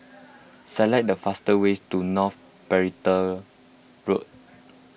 select the fastest way to North Perimeter Road